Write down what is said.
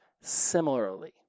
similarly